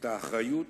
את האחריות